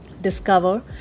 Discover